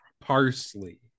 Parsley